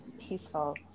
peaceful